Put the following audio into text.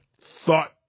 thought